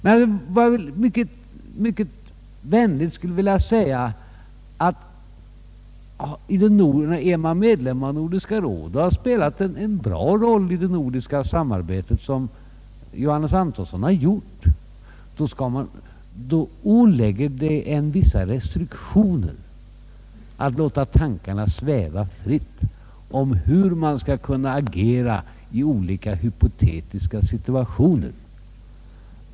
Vad jag mycket vänligt skulle vilja säga är att om man är medlem av Nordiska rådet och har spelat en bra roll i det nordiska samarbetet, vilket Johannes Antonsson har gjort, ålägger detta en vissa restriktioner när det gäller att låta tankarna sväva fritt om hur man skall kunna agera i olika hypotetiska situationer.